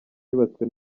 yubatswe